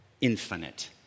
infinite